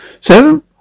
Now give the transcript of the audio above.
Seven